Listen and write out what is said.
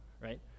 right